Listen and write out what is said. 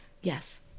Yes